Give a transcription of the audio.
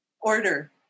order